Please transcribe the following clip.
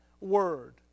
word